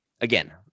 again